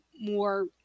more